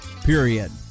period